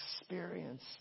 experience